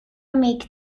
make